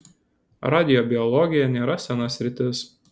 radiobiologija nėra sena sritis